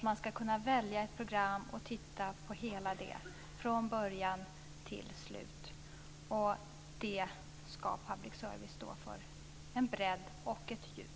Man ska kunna välja ett program och titta på hela programmet från början till slut. Det ska public service stå för; en bredd och ett djup.